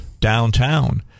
downtown